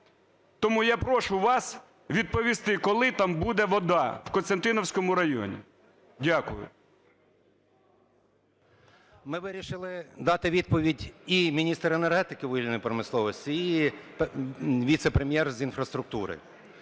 Тому я прошу вас відповісти: коли там буде вода, у Костянтинівському районі? Дякую. 10:38:37 НАСАЛИК І.С. Ми вирішили дати відповідь, і міністр енергетики та вугільної промисловості, і віце-прем'єр з інфраструктури.